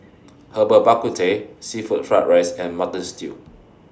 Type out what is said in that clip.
Herbal Bak Ku Teh Seafood Fried Rice and Mutton Stew